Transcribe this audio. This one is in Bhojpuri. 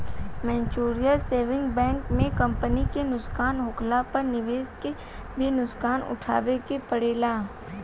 म्यूच्यूअल सेविंग बैंक में कंपनी के नुकसान होखला पर निवेशक के भी नुकसान उठावे के पड़ेला